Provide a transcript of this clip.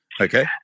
Okay